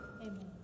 amen